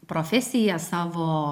profesiją savo